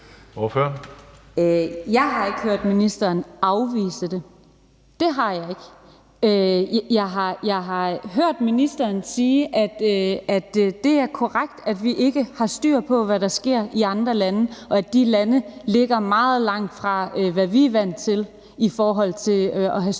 Jeg har ikke hørt ministeren afvise det. Det har jeg ikke. Jeg har hørt ministeren sige, at det er korrekt, at vi ikke har styr på, hvad der sker i andre lande, og at de lande ligger meget langt fra, hvad vi er vant til, i forhold til at have styr på